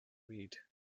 read